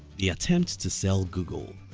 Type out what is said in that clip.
the attempt to sell google